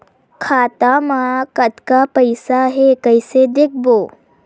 खाता मा कतका पईसा हे कइसे देखबो?